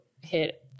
hit